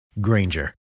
Granger